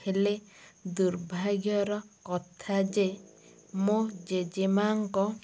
ହେଲେ ଦୁର୍ଭାଗ୍ୟର କଥା ଯେ ମୋ ଜେଜେମାଙ୍କ